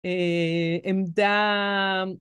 אה... עמדה...